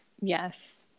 Yes